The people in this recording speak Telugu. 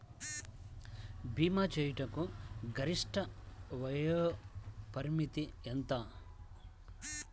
భీమా చేయుటకు గరిష్ట వయోపరిమితి ఎంత?